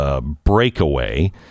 breakaway